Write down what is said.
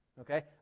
Okay